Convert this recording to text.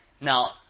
Now